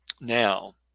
now